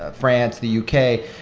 ah france, the u k.